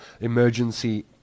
emergency